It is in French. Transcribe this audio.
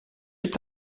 est